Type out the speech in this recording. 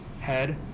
head